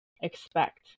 expect